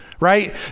Right